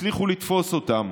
והצליחו לתפוס אותם.